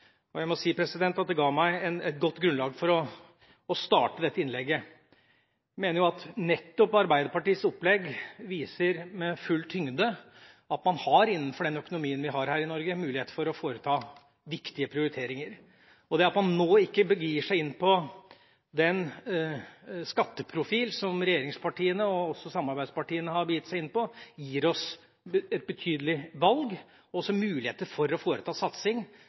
framtida. Jeg må si at det ga meg et godt grunnlag for å starte dette innlegget. Jeg mener at nettopp Arbeiderpartiets opplegg viser med full tyngde at man innenfor den økonomien vi har her i Norge, har mulighet for å foreta viktige prioriteringer. Det at man nå ikke begir seg inn på den skatteprofil som regjeringspartiene og også samarbeidspartiene har begitt seg inn på, gir oss et betydelig valg og også muligheter for å foreta satsing